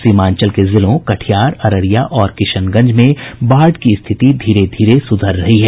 सीमांचल के जिलों कटिहार अररिया और किशनगंज में बाढ़ की स्थिति धीरे धीरे सुधर रही है